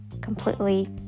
completely